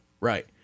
Right